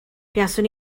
buaswn